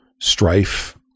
strife